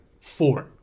four